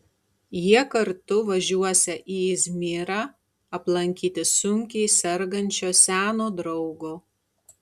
jie kartu važiuosią į izmyrą aplankyti sunkiai sergančio seno draugo